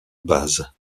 bases